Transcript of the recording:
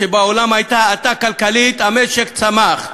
כשבעולם הייתה האטה כלכלית המשק צמח.